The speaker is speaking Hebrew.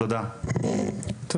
מי